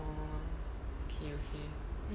oh okay okay